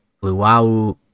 luau